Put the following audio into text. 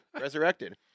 resurrected